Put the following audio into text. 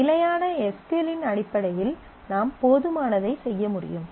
நிலையான S Q L இன் அடிப்படையில் நாம் போதுமானதை செய்ய முடியும்